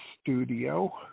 studio